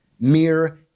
mere